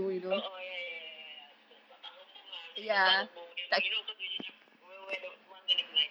oh oh ya ya ya ya ya ya betul tak tak sombong ah nanti dia cakap sombong then you know cause usually never wear wear the mask then they'll be like